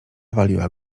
waliła